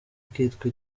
kitwa